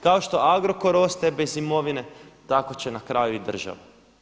Kao što Agrokor ostaje bez imovine, tako će na kraju i država.